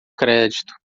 crédito